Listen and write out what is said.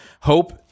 Hope